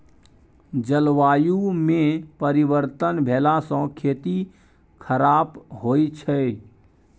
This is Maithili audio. जलवायुमे परिवर्तन भेलासँ खेती खराप होए छै